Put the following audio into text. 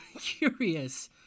curious